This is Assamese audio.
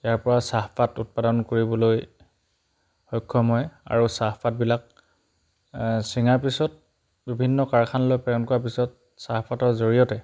ইয়াৰপৰা চাহপাত উৎপাদন কৰিবলৈ সক্ষম হয় আৰু চাহপাতবিলাক চিঙাৰ পিছত বিভিন্ন কাৰখানালৈ প্ৰেৰণ কৰাৰ পিছত চাহপাতৰ জৰিয়তে